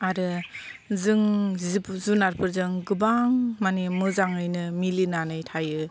आरो जों जिब जुनारफोरजों गोबां माने मोजाङैनो मिलिनानै थायो